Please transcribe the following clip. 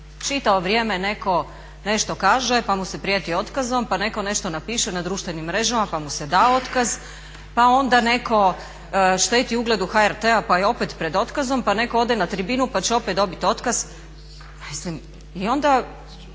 Čitavo vrijeme netko nešto kaže pa mu se prijeti otkazom, pa netko nešto napiše na društvenim mrežama pa mu se da otkaz, pa onda netko šteti ugledu HRT-a pa je opet pred otkazom, pa netko ode na tribinu pa će opet dobit otkaz, mislim.